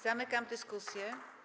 Zamykam dyskusję.